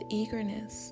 eagerness